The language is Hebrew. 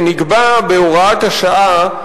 שנקבע בהוראת השעה,